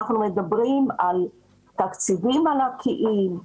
ראינו פה תקציבים ענקיים,